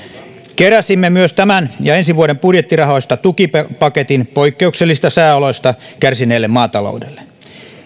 keräsimme myös tämän ja ensi vuoden budjettirahoista tukipaketin poikkeuksellisista sääoloista kärsineelle maataloudelle